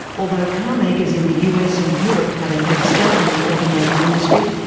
although car makers in the us and europe had a head start in the automotive industry,